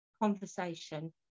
conversation